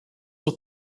with